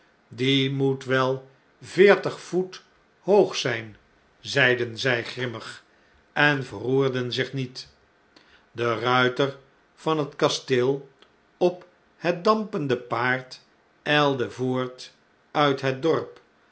de lucht diemoetwel veertig voet hoog zjjn zeiden zg grimmig en verroerden zich niet de ruiter van het kasteel op het dampende paard ijlde voort uit het dorp